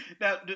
Now